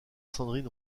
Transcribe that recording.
sandrine